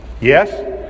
Yes